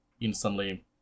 instantly